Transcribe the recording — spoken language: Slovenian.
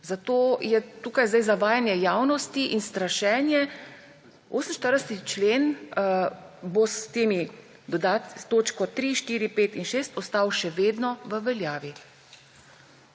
Zato je tukaj zdaj zavajanje javnosti in strašenje. 48. člen bo s temi dodat…, s točko 3, 4, 5 in 6, ostal še vedno v veljavi.